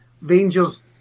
Rangers